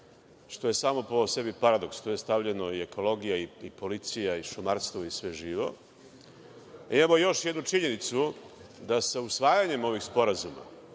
što je samo po sebi paradoks. Tu je spojena i ekologija i policija i šumarstvo i sve živo. Ali, imamo još jednu činjenicu, a to je da sa usvajanjem ovih sporazuma